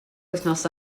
wythnos